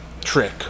trick